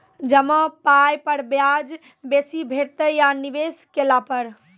जमा पाय पर ब्याज बेसी भेटतै या निवेश केला पर?